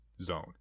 zone